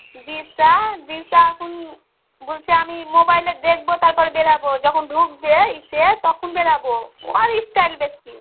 দিশা দিশা এখুন বলছে আমি মোবাইলে দেখবো তারপরে বেরবো যখন ঢুকবে ইসে তখন বেরাবো ওর স্টাইল বেশি